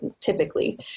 typically